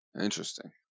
Interesting